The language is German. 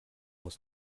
muss